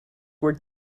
were